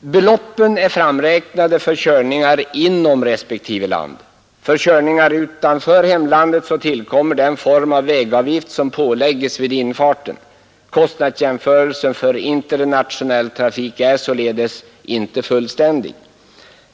Beloppen är framräknade för körningar inom respektive land. För körning utanför hemlandet tillkommer den form av vägavgift som pålägges vid infarten. Kostnadsjämförelsen för internationell trafik är således inte fullständig.